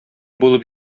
булып